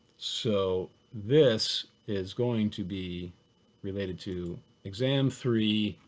so this is going to be related to exam three,